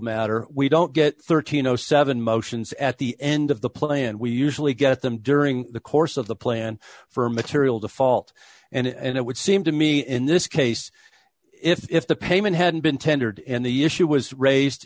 matter we don't get thirteen no seven motions at the end of the plan we usually get them during the course of the plan for material default and it would seem to me in this case if the payment hadn't been tendered and the issue was raised